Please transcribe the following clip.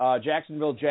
Jacksonville